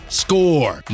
score